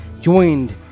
joined